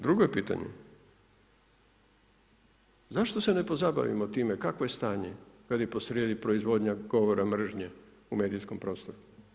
Drugo je pitanje zašto se ne pozabavimo time kakvo je stanje kad je posrijedi proizvodnja govora mržnje u medijskom prostoru?